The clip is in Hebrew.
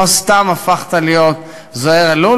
לא סתם הפכת להיות זוהיר אלול,